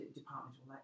departmental